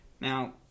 Now